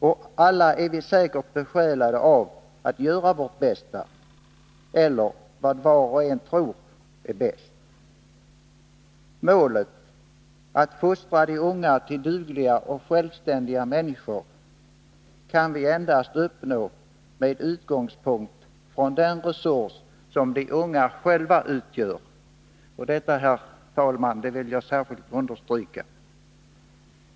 Och alla är vi säkert besjälade av en önskan att göra vårt bästa — eller vad var och en tror är bäst. Målet — att fostra de unga till dugliga och självständiga människor — kan vi endast uppnå med utgångspunkt i den resurs de själva utgör. Detta, herr talman, vill jag särskilt understryka.